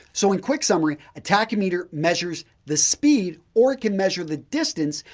so, in quick summary, a tachymeter measures the speed or it can measure the distance,